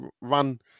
run